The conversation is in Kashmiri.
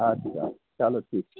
اَدٕ حظ اَدٕ حظ چلو ٹھیٖک چھُ